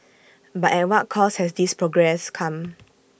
but at what cost has this progress come